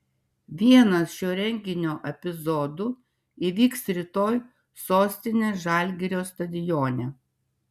vienas šio renginio epizodų įvyks rytoj sostinės žalgirio stadione